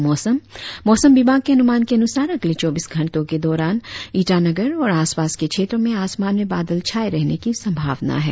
और अब मौसम मौसम विभाग के अनुमान के अनुसार अगले चौबीस घंटो के दौरान ईटानगर और आसपास के क्षेत्रो में आसमान में बादल छाये रहने की संभावना है